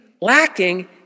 lacking